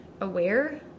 aware